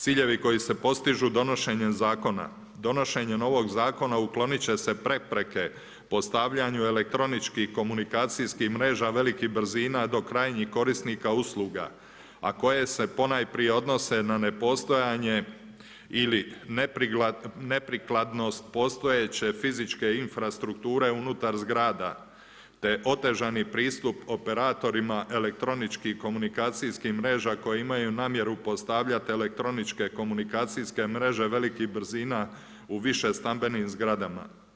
Ciljevi koji se postižu donošenjem zakona, donošenjem ovog zakona uklonit će se prepreke postavljanju elektroničkih komunikacijskih mreža velikih brzina do krajnjih korisnika usluga, a koje se ponajprije odnose na nepostojanje ili neprikladnost postojeće fizičke infrastrukture unutar zgrada te otežani pristup operatorima elektronički komunikacijskih mreža koji imaju namjeru postavljati elektroničke komunikacijske mreže velikih brzina u više stambenim zgradama.